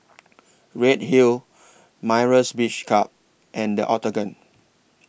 Redhill Myra's Beach Club and The Octagon